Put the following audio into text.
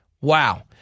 Wow